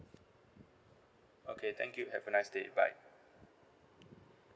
okay thank you have a nice day bye